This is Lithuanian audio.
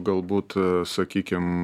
galbūt sakykim